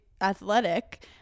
athletic